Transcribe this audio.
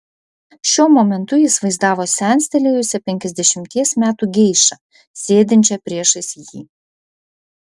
šiuo momentu jis vaizdavo senstelėjusią penkiasdešimties metų geišą sėdinčią priešais jį